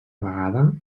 vegada